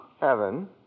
Heaven